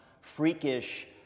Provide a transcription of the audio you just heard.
freakish